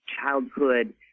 childhood